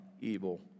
evil